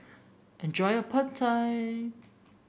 enjoy your Pad Thai